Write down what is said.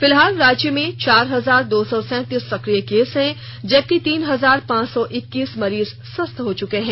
फिलहाल राज्य में चार हजार दो सौ सैंतीस सक्रिय केस हैं जबकि तीन हजार पांच सौ इक्कीस मरीज स्वस्थ हो चुके हैं